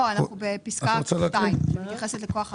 לא, אנחנו בפסקה (2) שמתייחסת לכוח האדם.